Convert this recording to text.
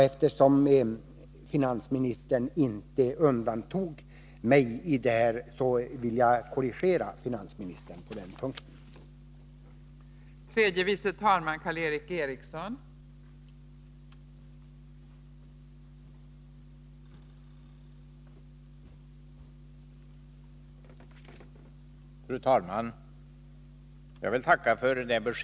Eftersom finansministern inte undantog mig i sitt uttalande vill jag korrigera finansministern på den här punkten.